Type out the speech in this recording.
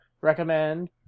recommend